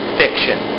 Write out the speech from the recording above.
fiction